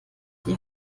die